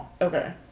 Okay